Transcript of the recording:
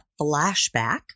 flashback